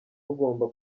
rugomba